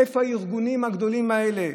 איפה הארגונים הגדולים האלה,